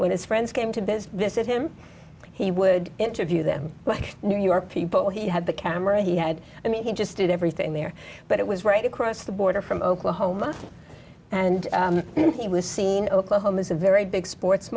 when his friends came to visit him he would interview them like new york people he had the camera he had i mean he just did everything there but it was right across the border from oklahoma and he was seen oklahoma's a very big sports